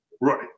Right